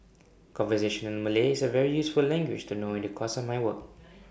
conversational Malay is A very useful language to know in the course of my work